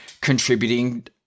contributing